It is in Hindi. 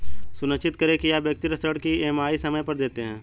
सुनिश्चित करें की आप व्यक्तिगत ऋण की ई.एम.आई समय पर देते हैं